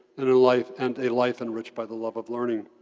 and a life and a life enriched by the love of learning.